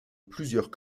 plusieurs